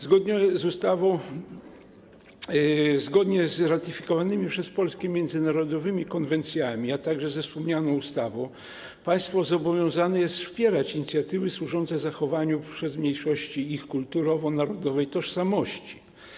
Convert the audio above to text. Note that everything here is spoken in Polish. Zgodnie z ratyfikowanymi przez Polskę międzynarodowymi konwencjami, a także ze wspomnianą ustawą państwo zobowiązane jest wspierać inicjatywy służące zachowaniu przez mniejszości ich kulturowo-narodowej tożsamości.